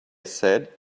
said